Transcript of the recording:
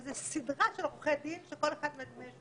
זאת סדרה של עורכי דין שלכל אחד מהם יש